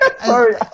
Sorry